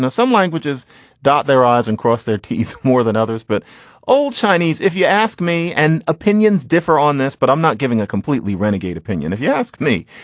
ah some languages dot their i's and cross their teeth more than others. but old chinese, if you ask me, and opinions differ on this. but i'm not giving a completely renegade opinion. if you ask me,